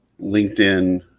linkedin